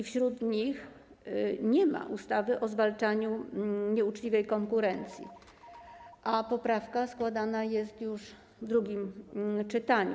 Wśród nich nie ma ustawy o zwalczaniu nieuczciwej konkurencji, a poprawka składana jest już w drugim czytaniu.